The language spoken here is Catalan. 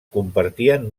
compartien